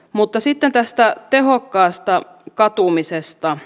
mutta sitten tästä tehokkaasta katumisesta